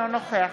אינו נוכח